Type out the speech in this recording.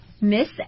Miss